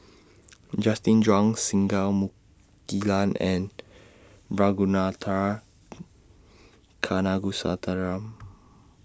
Justin Zhuang Singai Mukilan and Ragunathar Kanagasuntheram